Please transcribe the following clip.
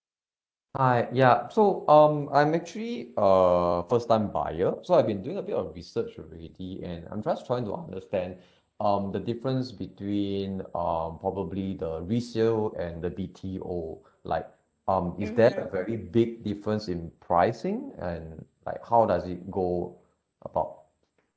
hi yup so um I'm actually err first time buyer so I've been doing a bit of research already and I'm just trying to understand um the difference between um probably the resale work and the B_T_O like um if there's a very big difference in pricing and like how does it go about